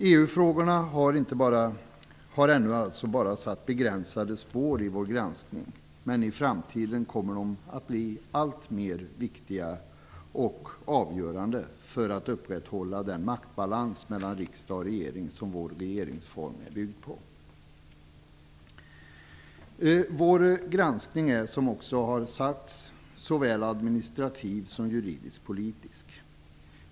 EU-frågorna har alltså hittills bara satt begränsade spår i vår granskning, men i framtiden kommer de att bli alltmer viktiga och avgörande för att upprätthålla den maktbalans mellan riksdag och regering som vår regeringsform bygger på. Vår granskning är, som tidigare nämnts, såväl administrativ som juridisk-politisk.